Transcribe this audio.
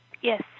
Yes